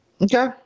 Okay